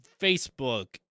Facebook